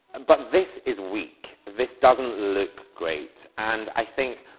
but this is weak. this doesn't look great. and i think